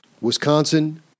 Wisconsin